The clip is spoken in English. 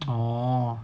orh